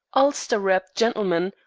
ulster-wrapped gentleman,